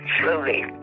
slowly